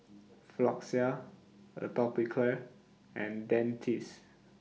Floxia Atopiclair and Dentiste